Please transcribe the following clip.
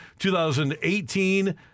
2018